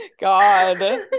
god